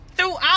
Throughout